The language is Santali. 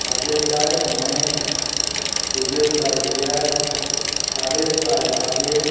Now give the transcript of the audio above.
ᱵᱟᱨᱜᱮ ᱥᱟᱭ ᱢᱚᱬᱮ ᱛᱩᱜᱮ ᱥᱟᱭ ᱮᱭᱟᱭ ᱟᱨᱮ ᱥᱟᱭ ᱵᱟᱜᱮ